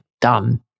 done